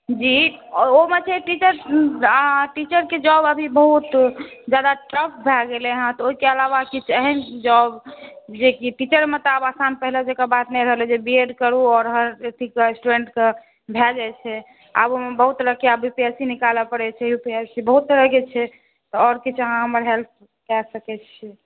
जी ओहिमे छै अभी टीचर के जॉब अभी बहुत जादा टफ भय गेलै हँ तऽ ओहिके अलावा किछु एहन जॉब भेट जेतियै टीचरमे तऽ आब एखन पहिले जकाँ बात नहि रहलै जे बी एड करु आओर हर स्टूडेन्टके भय जाइ छै आब ओहिमे बहुत तरहके आब बी पी एस सी निकालऽ पड़ै छै बहुत तरहके छै आओर किछु अहाँ हमर हेल्प कय सकै छी